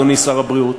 אדוני שר הבריאות,